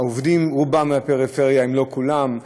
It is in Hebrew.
העובדים רובם מהפריפריה, אם לא כולם,